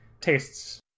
tastes